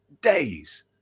days